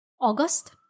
August